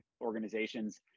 organizations